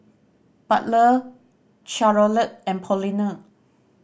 butler Charolette and Paulina